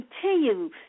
continue